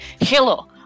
hello